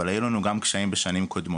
אבל היו לנו גם קשיים בשנים קודמות.